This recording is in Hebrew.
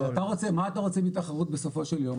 מה אתה רוצה מתחרות בסופו של יום,